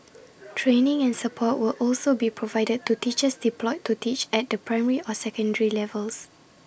training and support will also be provided to teachers deployed to teach at the primary or secondary levels